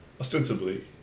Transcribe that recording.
Ostensibly